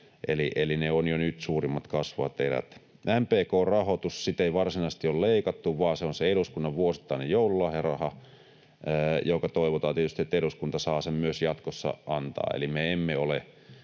eli ne on jo nyt suurimmat kasvavat erät. MPK:n rahoitus — sitä ei varsinaisesti ole leikattu, vaan se on se eduskunnan vuosittainen joululahjaraha, ja toivotaan tietysti, että eduskunta saa sen myös jatkossa antaa. Eli me emme ole